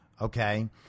Okay